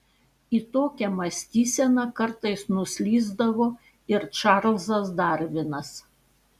į tokią mąstyseną kartais nuslysdavo ir čarlzas darvinas